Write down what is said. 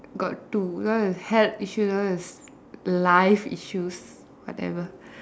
got two that one is health issues that one is life issues whatever